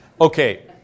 Okay